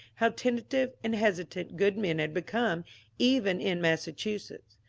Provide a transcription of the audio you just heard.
how tentative and hesitant good men had become even in massachusetts.